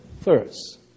first